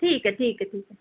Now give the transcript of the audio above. ठीक ऐ ठीक ऐ ठीक ऐ